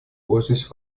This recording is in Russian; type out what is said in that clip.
пользуясь